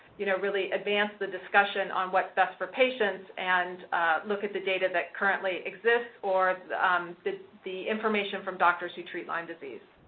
you know, really advance the discussion on what's best for patients and look at the data that currently exists or the the information from doctors who treat lyme disease.